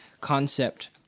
concept